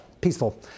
peaceful